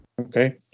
Okay